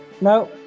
No